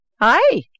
Hi